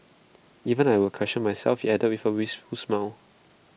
even I will question myself he added with wistful smile